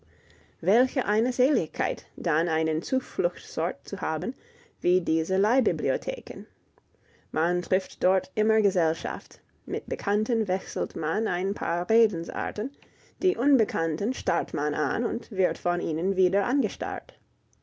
welche eine seligkeit dann einen zufluchtsort zu haben wie diese leihbibliotheken man trifft dort immer gesellschaft mit bekannten wechselt man ein paar redensarten die unbekannten starrt man an und wird von ihnen wieder angestarrt